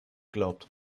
glaubt